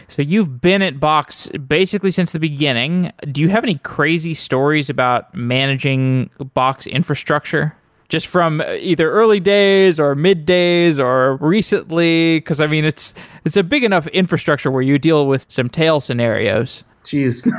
so you've been at box basically since the beginning. do you have any crazy stories about managing the box infrastructure just from either early days our middays or recently, because i mean it's it's a big enough infrastructure where you deal with some tail scenarios. gees!